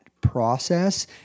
process